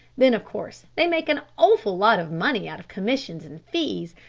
then, of course, they make an awful lot of money out of commissions and fees,